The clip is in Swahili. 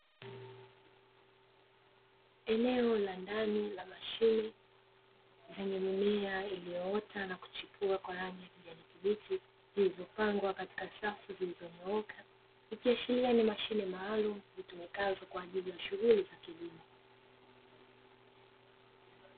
Eneo la ndani la mashine zenye mimea iliyoota na kuchipua kwa rangi ya kijani kibichi, zilizopangwa katika safu zilizonyooka ikiashiria ni mashine maalumu zitumikazo kwaajili ya shughuli za kilimo.